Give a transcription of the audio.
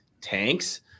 tanks